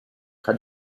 kann